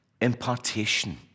impartation